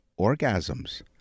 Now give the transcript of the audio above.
orgasms